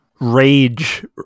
Rage